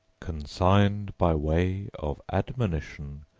consigned by way of admonition,